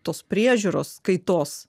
tos priežiūros kaitos